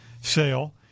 sale